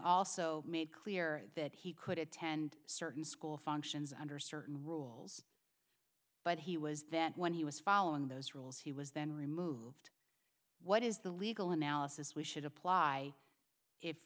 also made clear that he could attend certain school functions under certain rules but he was then when he was following those rules he was then removed what is the legal analysis we should apply if